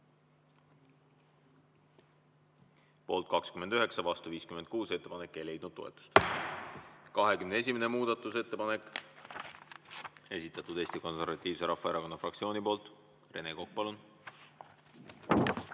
Poolt 36, vastu 58. Ettepanek ei leidnud toetust.26. muudatusettepanek, esitatud Eesti Konservatiivse Rahvaerakonna fraktsiooni poolt. Rene Kokk, palun!